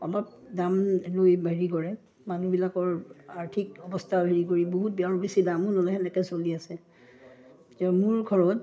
অলপ দাম লৈ হেৰি কৰে মানুহবিলাকৰ আৰ্থিক অৱস্থা হেৰি কৰি বহুত বেয়া আৰু বেছি দামো নলয় সেনেকৈ চলি আছে এতিয়া মোৰ ঘৰত